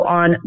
on